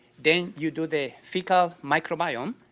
then you do the fecal microbiome,